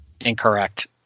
Incorrect